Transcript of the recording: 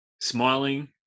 smiling